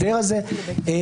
היום ז' באדר תשפ"ג,